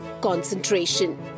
concentration